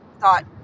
thought